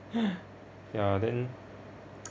ya then